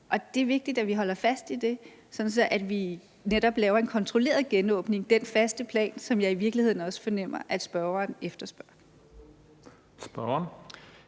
Og det er vigtigt, at vi holder fast i det, sådan at vi netop laver en kontrolleret genåbning – den faste plan, som jeg i virkeligheden også fornemmer at spørgeren efterspørger.